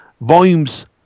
volumes